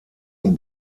und